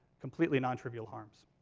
completely non-trivial harms.